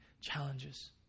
challenges